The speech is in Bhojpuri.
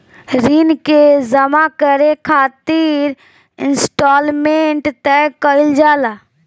ऋण के जामा करे खातिर इंस्टॉलमेंट तय कईल जाला